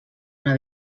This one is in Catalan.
una